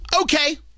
okay